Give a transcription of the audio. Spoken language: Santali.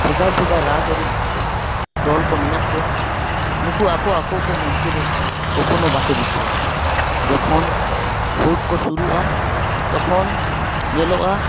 ᱵᱷᱮᱜᱟᱨ ᱵᱷᱮᱜᱟᱨ ᱨᱟᱡᱽᱼᱟᱹᱨᱤ ᱫᱚᱞ ᱠᱚ ᱢᱮᱱᱟᱜ ᱠᱚᱣᱟ ᱱᱩᱠᱩ ᱟᱠᱚ ᱠᱚ ᱢᱚᱫᱽᱫᱷᱮ ᱨᱮ ᱠᱚᱠᱷᱚᱱᱳ ᱵᱟᱠᱚ ᱡᱩᱛᱩᱜᱼᱟ ᱡᱚᱠᱷᱚᱱ ᱵᱷᱳᱴ ᱠᱚ ᱥᱩᱨᱩᱜᱼᱟ ᱛᱚᱠᱷᱚᱱ ᱧᱮᱞᱚᱜᱼᱟ